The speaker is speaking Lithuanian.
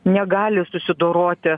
negali susidoroti